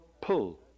pull